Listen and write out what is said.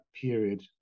period